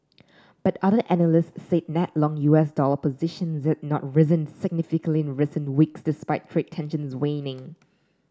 but other analysts said net long U S dollar positions had not risen significantly in recent weeks despite trade tensions waning